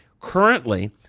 Currently